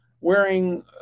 wearing